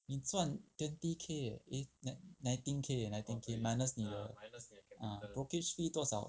你赚 twenty K leh eh nineteen K eh nineteen K minus 你的 brokerage fee 多少